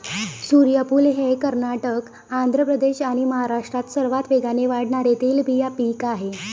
सूर्यफूल हे कर्नाटक, आंध्र प्रदेश आणि महाराष्ट्रात सर्वात वेगाने वाढणारे तेलबिया पीक आहे